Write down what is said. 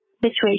Situation